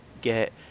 get